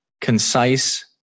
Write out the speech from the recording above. concise